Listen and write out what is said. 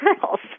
girls